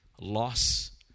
loss